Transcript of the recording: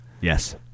Yes